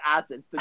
assets